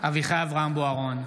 אביחי אברהם בוארון,